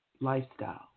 lifestyle